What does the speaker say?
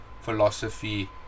philosophy